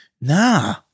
nah